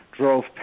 drove